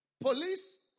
police